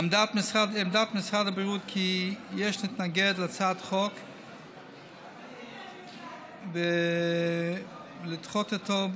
עמדת משרד הבריאות היא כי יש להתנגד להצעת החוק ולדחות אותה.